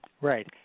Right